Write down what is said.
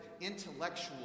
intellectual